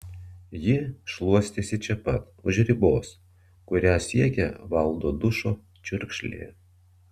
ji šluostėsi čia pat už ribos kurią siekė valdo dušo čiurkšlė